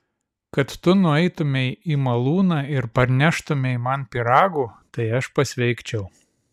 kad tu nueitumei į malūną ir parneštumei man pyragų tai aš pasveikčiau